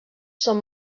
són